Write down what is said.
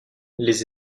les